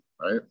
right